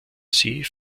sie